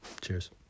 Cheers